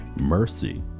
mercy